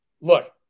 Look